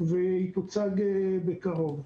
והיא תוצג בקרוב.